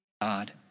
God